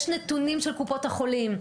יש נתונים של קופות החולים.